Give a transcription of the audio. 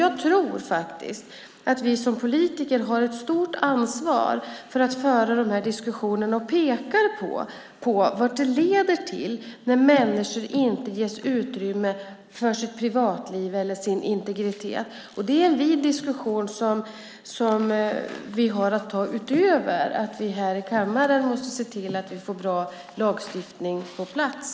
Jag tror faktiskt att vi som politiker har ett stort ansvar för att föra de här diskussionerna och peka på vad det leder till när människor inte ges utrymme för sitt privatliv eller sin integritet. Det är en vid diskussion som vi har att ta utöver att vi här i kammaren måste se till att vi får bra lagstiftning på plats.